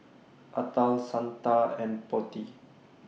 Atal Santha and Potti